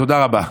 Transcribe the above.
תודה רבה.